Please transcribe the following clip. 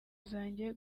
zanjye